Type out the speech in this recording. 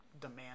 demand